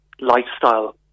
lifestyle